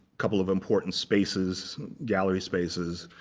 couple of important spaces, gallery spaces.